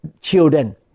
children